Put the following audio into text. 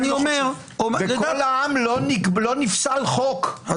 ב"קול העם" לא נפסל חוק,